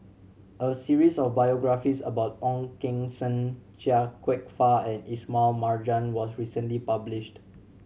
a series of biographies about Ong Keng Sen Chia Kwek Fah and Ismail Marjan was recently published